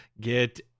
get